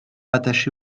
attachées